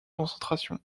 concentration